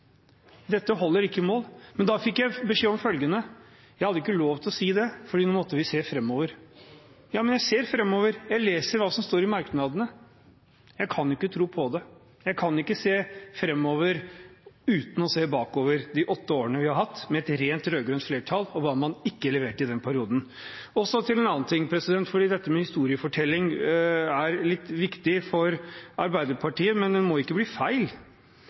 Dette holder ikke mål. Men da fikk jeg beskjed om følgende: Jeg hadde ikke lov til å si det, for nå måtte vi se framover. Jeg ser framover, jeg leser hva som står i merknadene, og jeg kan ikke tro på det. Jeg kan ikke se framover uten å se bakover, på de åtte årene vi har hatt med et rent rød-grønt flertall, og hva man ikke leverte i den perioden. Så til en annen ting. Dette med historiefortelling er litt viktig for Arbeiderpartiet, men det må ikke bli feil.